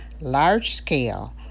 large-scale